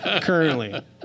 Currently